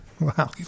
Wow